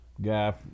guy